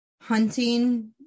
hunting